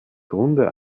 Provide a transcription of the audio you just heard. grunde